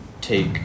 take